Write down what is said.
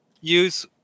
use